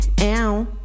Ow